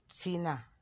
Tina